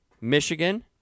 Michigan